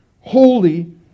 holy